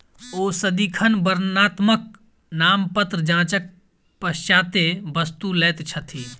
ओ सदिखन वर्णात्मक नामपत्र जांचक पश्चातै वस्तु लैत छथि